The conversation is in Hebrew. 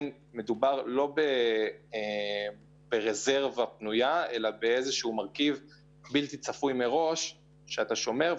לא מדובר בכסף פנוי אלא במרכיב שאתה שומר מראש,